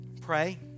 Pray